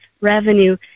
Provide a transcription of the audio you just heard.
revenue